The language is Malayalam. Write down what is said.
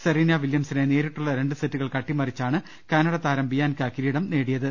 സെറീന വില്യംസിനെ നേരിട്ടുള്ള രണ്ട് സെറ്റുകൾക്ക് അട്ടിമറിച്ചാണ് കാനഡ താരം ബിയാൻക കിരീടം നേടിയത്